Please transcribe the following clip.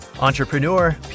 Entrepreneur